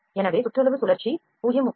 எனவே சுற்றளவு சுழற்சி 0